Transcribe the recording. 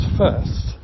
first